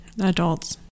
Adults